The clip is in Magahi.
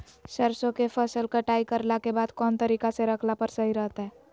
सरसों के फसल कटाई करला के बाद कौन तरीका से रखला पर सही रहतय?